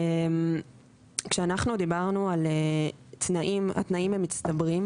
כשאנחנו דיברנו על תנאים,